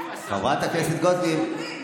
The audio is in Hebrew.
חברת הכנסת גוטליב,